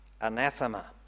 anathema